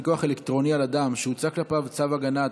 פיקוח אלקטרוני על אדם שהוצא כלפיו צו הגנה),